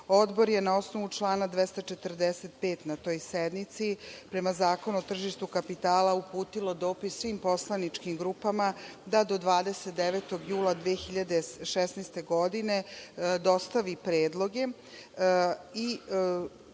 je, na osnovu člana 245, na toj sednici, prema Zakonu o tržištu kapitala, uputio dopis svim poslaničkim grupama da do 29. jula 2016. godine dostave predloge i